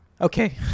Okay